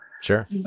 Sure